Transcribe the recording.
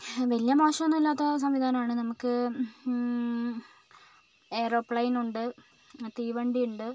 വലിയ മോശമൊന്നും അല്ലാത്ത സംവിധാനമാണ് നമുക്ക് എയ്റോപ്ലെയിൻ ഉണ്ട് ആ തീവണ്ടി ഉണ്ട്